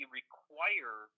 require